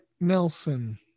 Nelson